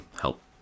help